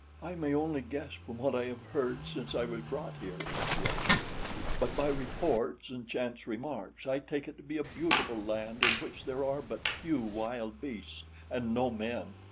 i may only guess from what i have heard since i was brought here, she answered but by reports and chance remarks i take it to be a beautiful land in which there are but few wild beasts and no men,